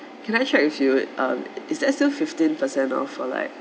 can I check with you um is that still fifteen percent off or like